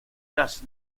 las